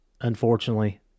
Unfortunately